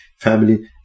family